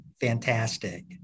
fantastic